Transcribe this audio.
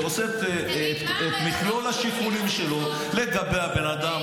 עושה את מכלול השיקולים שלו לגבי הבן אדם,